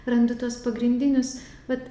randi tuos pagrindinius vat